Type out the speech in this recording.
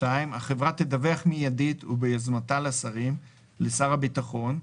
החברה תדווח מיידית וביוזמתה לשרים, לשר הביטחון,